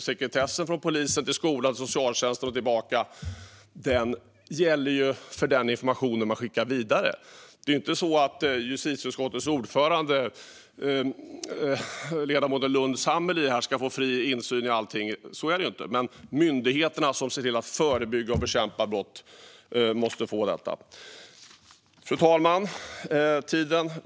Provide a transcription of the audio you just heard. Sekretessen från polisen till skolan och socialtjänsten och tillbaka gäller för den information man skickar vidare. Det är inte på det sättet att justitieutskottets ordförande, ledamoten Lundh Sammeli, ska få fri insyn i allt. Men myndigheterna som ser till att förebygga och bekämpa brott måste få det. Fru talman!